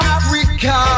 Africa